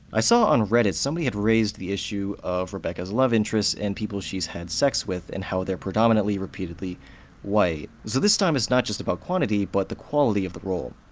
i saw on reddit, somebody had raised the issue of rebecca's love interests and people she's had sex with, and how they're predominantly, repeatedly white. so this time, it's not just about quantity, but the quality of the role.